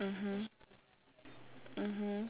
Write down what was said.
mmhmm mmhmm